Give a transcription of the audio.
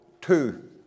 two